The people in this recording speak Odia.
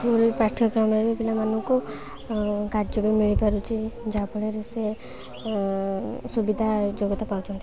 ସ୍କୁଲ୍ ପାଠ୍ୟକ୍ରମରେ ପିଲାମାନଙ୍କୁ କାର୍ଯ୍ୟ ବି ମିଳିପାରୁଛି ଯାହାଫଳରେ ସେ ସୁବିଧା ଯୋଗ୍ୟତା ପାଉଛନ୍ତି